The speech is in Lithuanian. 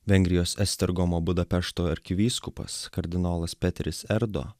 vengrijos estergomo budapešto arkivyskupas kardinolas peteris erdo